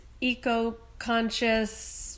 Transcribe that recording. eco-conscious